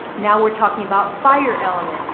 now we're talking about fire element,